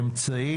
אמצעים,